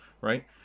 right